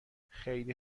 خیلی